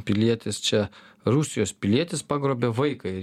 pilietis čia rusijos pilietis pagrobė vaiką ir